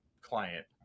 client